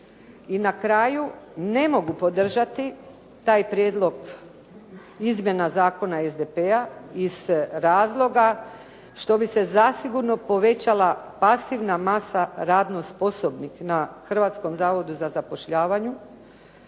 I na kraju, ne mogu podržati taj prijedlog izmjena zakona SDP-a iz razloga što bi se zasigurno povećala pasivna masa radno sposobnih na Hrvatskom zavodu za zapošljavanje,